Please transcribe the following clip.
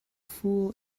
fool